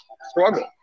struggle